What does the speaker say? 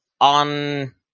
on